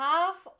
Half